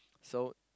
so